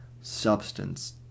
substance